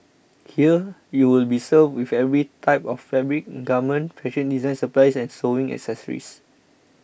here you will be served with every type of fabric garment fashion design supplies and sewing accessories